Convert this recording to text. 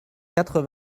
quatre